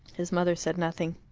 his mother said nothing.